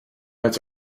its